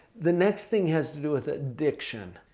the next thing has to do with addiction.